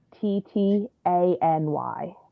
T-T-A-N-Y